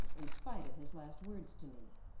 in spite of his last words to me,